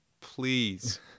please